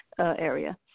area